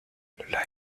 lac